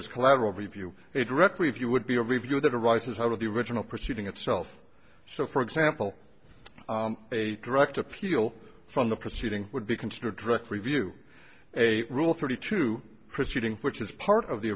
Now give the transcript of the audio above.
is collateral review it directly if you would be a review that arises out of the original proceeding itself so for example a direct appeal from the proceeding would be considered drek review a rule thirty two preceeding which is part of the